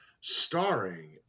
Starring